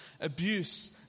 abuse